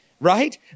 right